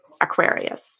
aquarius